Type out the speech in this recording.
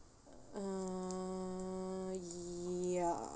uh ya